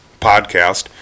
podcast